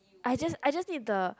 I just I just need the